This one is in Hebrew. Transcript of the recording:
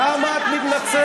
אתה משקר כמו שאתה נושם.